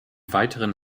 weiteren